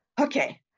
okay